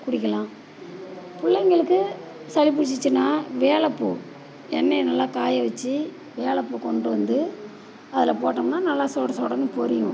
குடிக்கலாம் பிள்ளைங்களுக்கு சளி பிடிச்சிச்சின்னா வேலப்பூ எண்ணெயை நல்லா காய வச்சு வேலப்பூ கொண்டு வந்து அதில் போட்டோம்னால் நல்லா சுட சுடன்னு பொரியும்